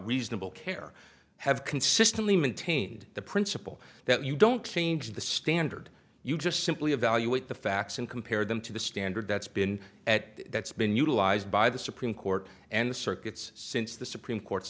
reasonable care have consistently maintained the principle that you don't change the standard you just simply evaluate the facts and compare them to the standard that's been at that's been utilized by the supreme court and the circuits since the supreme court's